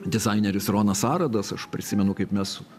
dizaineris ronas aradas aš prisimenu kaip mes su